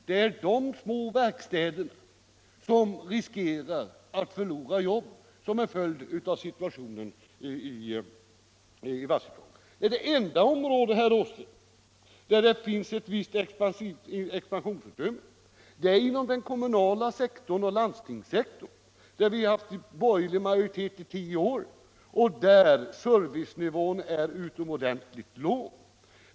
Det är de små verkstäderna som riskerar att förlora jobben som en följd av situationen i varvsområdet. Det enda område, herr Åsling, där det finns ett visst expansionsutrymme är inom den kommunala sektorn och landstingssektorn. Där har vi haft en borgerlig majoritet i tio år och servicenivån är utomordentligt låg.